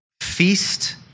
feast